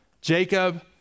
Jacob